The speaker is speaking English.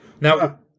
Now